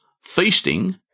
feasting